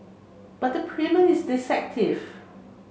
but the premium is deceptive